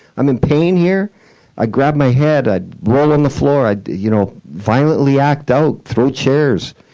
i'm in pain here i'd grab my head, i'd roll on the floor, i'd you know violently act out, throw chairs,